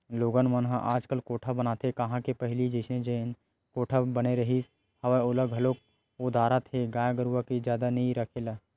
लोगन मन ह आजकल कोठा बनाते काँहा हे पहिली जइसे जेन कोठा बने रिहिस हवय ओला घलोक ओदरात हे गाय गरुवा के जादा नइ रखे ले